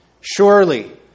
Surely